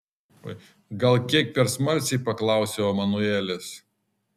gal kiek per smalsiai paklausiau emanuelės